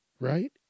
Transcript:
right